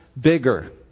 bigger